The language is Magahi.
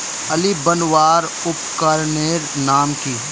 आली बनवार उपकरनेर नाम की?